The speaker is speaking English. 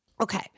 Okay